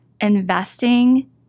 investing